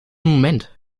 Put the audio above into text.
moment